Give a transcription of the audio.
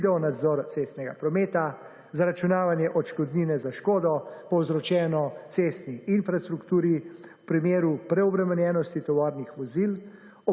Videonadzor cestnega prometa, zaračunavanje odškodnine za škodo, povzročeno cestni infrastrukturi, v primeru preobremenjenosti tovornih vozil,